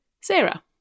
Sarah